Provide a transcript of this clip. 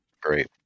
Great